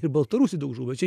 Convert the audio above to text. ir baltarusių daug žuvo čia